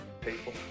people